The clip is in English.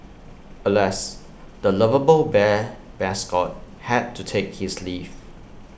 alas the lovable bear mascot had to take his leave